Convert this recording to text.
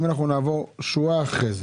אם אנחנו נעבור שורה אחרת,